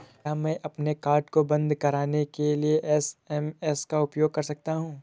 क्या मैं अपने कार्ड को बंद कराने के लिए एस.एम.एस का उपयोग कर सकता हूँ?